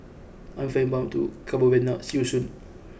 I am flying to Cabo Verde now see you soon